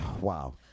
wow